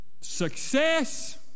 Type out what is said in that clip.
success